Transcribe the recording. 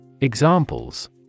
Examples